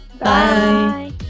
Bye